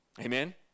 Amen